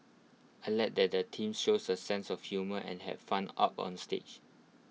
I Like that the teams shows A sense of humour and had fun up on stage